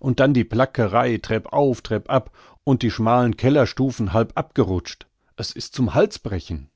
und dann die plackerei treppauf treppab und die schmalen kellerstufen halb abgerutscht es ist zum halsbrechen